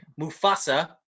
Mufasa